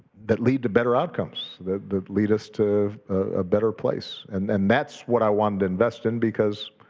that lead to better outcomes, that that lead us to a better place. and and that's what i wanted to invest in because